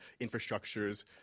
infrastructures